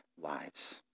lives